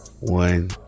One